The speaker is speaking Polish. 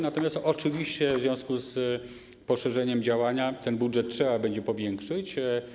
Natomiast oczywiście w związku z poszerzeniem działania ten budżet trzeba będzie powiększyć.